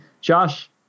Josh